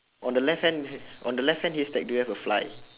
on the left hand h~ on the left hand haystack do you have a fly